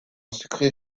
secret